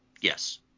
Yes